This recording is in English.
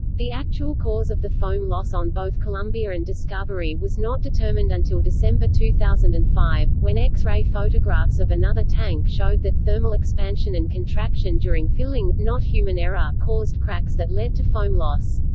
the actual cause of the foam loss on both columbia and discovery was not determined until december two thousand and five, when x-ray photographs of another tank showed that thermal expansion and contraction during filling, not human error, caused cracks that led to foam loss.